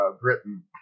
Britain